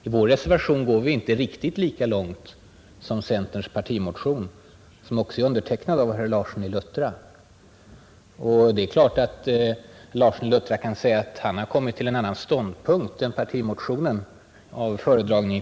I vår reservation går vi inte riktigt lika långt som centerns partimotion, som också är undertecknad av herr Larsson i Luttra. Det är klart att herr Larsson i Luttra kan säga att han senare har kommit till en annan ståndpunkt än partimotionen.